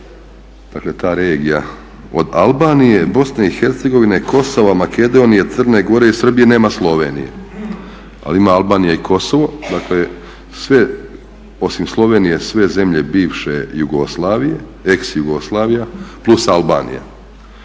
dakle ta regija od Albanije, BiH, Kosova, Makedonije, Crne Gore i Srbije, nema Slovenije. Ali ima Albanija i Kosovo. Dakle sve, osim Slovenije, sve zemlje bivše Jugoslavije, ex-Jugoslavija plus Albanija.